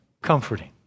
comforting